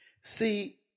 See